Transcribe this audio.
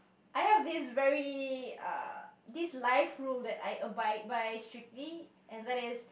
I have this very uh this life rule that I abide by strictly and that is